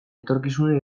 etorkizuna